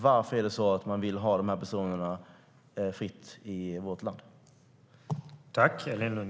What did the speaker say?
Varför vill man att dessa personer ska få röra sig fritt i vårt land?